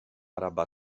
araba